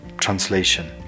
translation